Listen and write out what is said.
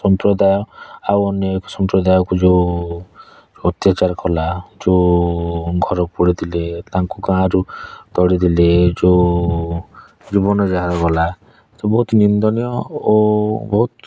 ସମ୍ପ୍ରଦାୟ ଆଉ ଅନେକ ସମ୍ପ୍ରଦାୟକୁ ଯେଉଁ ଅତ୍ୟାଚାର କଲା ଯେଉଁ ଘର ପୋଡ଼ିଦେଲେ ତାଙ୍କୁ ଗାଁରୁ ତଡ଼ି ଦେଲେ ଯେଉଁ ଜୀବନ ଯାହାର ଗଲା ବହୁତ ନିନ୍ଦନୀୟ ଓ ବହୁତ